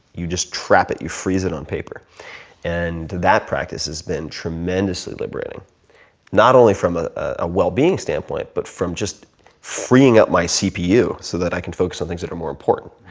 you just trap it, you freeze it on paper and that practice has been tremendously liberating not only from a well being standpoint but from just freeing up my cpu so that i can focus on things that are more important.